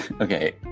okay